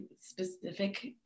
specific